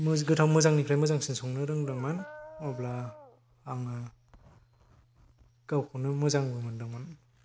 मोजांनिफ्राय मोजांसिन संनो रोंदोंमोन अब्ला आङो गावखौनो मोजांबो मोनदोंमोन